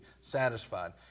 satisfied